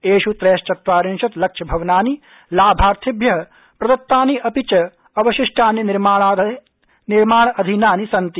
ष्ट्रि त्रयश्वत्वारिशत् लक्षभवनानि लाभार्थिभ्य प्रदत्तानि अपि च अवशिष्टानि निर्माणाधीनानि सन्ति